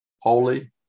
holy